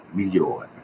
migliore